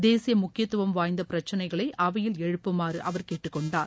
தேசிய முக்கியத்துவம் வாய்ந்த பிரச்சினைகளை அவையில் எழுப்புமாறு அவர் கேட்டுக்கொண்டார்